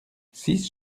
six